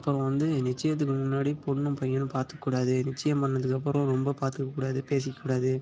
அப்புறம் வந்து நிச்சியத்துக்கு முன்னாடி பொண்ணும் பையனும் பார்த்துக்க கூடாது நிச்சியம் பண்ணிணதுக்கு அப்புறம் ரொம்ப பார்த்துக்க கூடாது பேசிக்க கூடாது